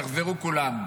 יחזרו כולם.